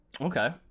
Okay